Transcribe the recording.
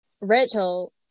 Rachel